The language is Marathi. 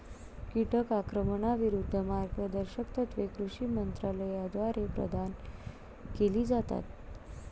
कीटक आक्रमणाविरूद्ध मार्गदर्शक तत्त्वे कृषी मंत्रालयाद्वारे प्रदान केली जातात